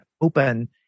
open